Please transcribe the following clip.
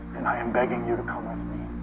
and i am begging you to come with me.